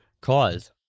cause